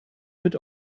mit